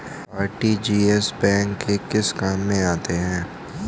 RTGS bank के किस काम में आता है?